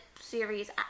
series